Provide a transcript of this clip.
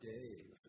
Dave